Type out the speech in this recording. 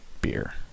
beer